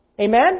Amen